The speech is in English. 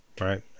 right